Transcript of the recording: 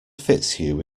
fitzhugh